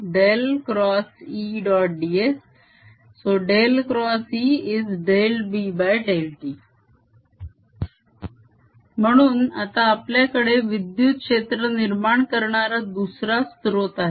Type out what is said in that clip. ds B∂t म्हणून आता आपल्याकडे विद्युत क्षेत्र निर्माण करणारा दुसरा स्त्रोत आहे